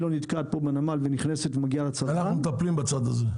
לא נתקעת בנמל ונכנסת ומגיעה לצרכן --- אנחנו מטפלים בצד הזה.